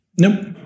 Nope